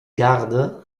gardes